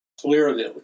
Clearly